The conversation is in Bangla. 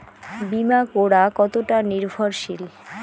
বীমা করা কতোটা নির্ভরশীল?